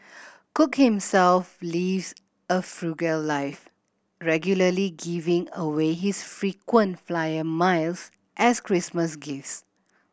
cook himself lives a frugal life regularly giving away his frequent flyer miles as Christmas gifts